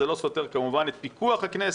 זה לא סותר, כמובן, את פיקוח הכנסת